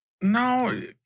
no